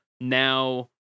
now